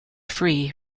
free